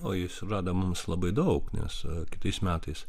o jis žada mums labai daug nes kitais metais